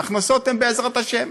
וההכנסות הן בעזרת השם,